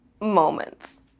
moments